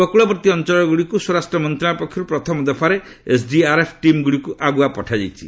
ଉପକୃଳବର୍ତ୍ତୀ ଅଞ୍ଚଳ ଗୁଡ଼ିକୁ ସ୍ୱରାଷ୍ଟ୍ର ମନ୍ତ୍ରଣାଳୟ ପକ୍ଷରୁ ପ୍ରଥମ ଦଫାରେ ଏସ୍ଡିଆର୍ଏଫ୍ ଟିମ୍ ଗୁଡ଼ିକୁ ଆଗୁଆ ପଠାଯାଇଛି